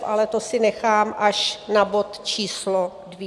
Ale to si nechám až na bod číslo dvě.